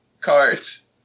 cards